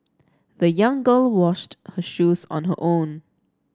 the young girl washed her shoes on her own